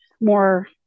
more